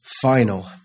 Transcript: final